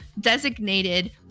designated